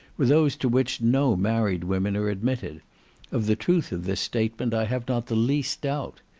were those to which no married women are admitted of the truth of this statement i have not the least doubt.